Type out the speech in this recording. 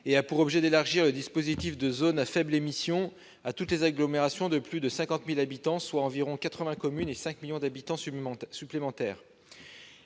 a pour objet d'élargir le dispositif des zones à faibles émissions à toutes les agglomérations comptant plus de 50 000 habitants, soit environ 80 communes et 5 millions d'habitants supplémentaires.